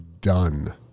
done